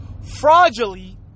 fraudulently